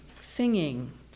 singing